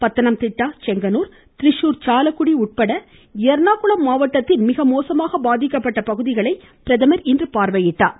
பத்தனம் திட்டா செங்கனூர் திரிசூர் சாலக்குடி உட்பட ளர்ணாகுளம் மாவட்டத்தில் மிக மோசமாக பாதிக்கப்பட்ட பகுதிகளை பிரதமர் இன்று பார்வையிட்டார்